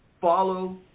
follow